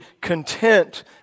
content